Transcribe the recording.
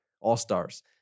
All-Stars